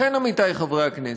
לכן, עמיתי חברי הכנסת,